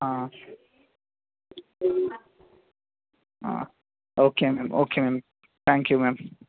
okay ma'am okay ma'am thank you ma'am